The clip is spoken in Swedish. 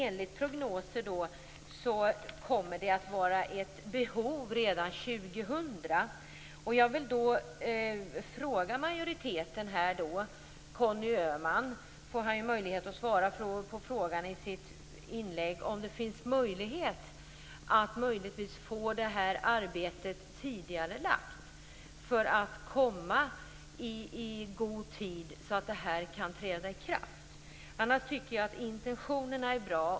Enligt prognoser kommer det att finnas ett behov redan 2000. Jag vill ställa en fråga till majoriteten. Conny Öhman får möjlighet att svara på frågan i sitt inlägg. Finns det möjlighet att tidigarelägga detta arbete, så att ändringarna kan träda i kraft i god tid? Jag tycker annars att intentionerna är bra.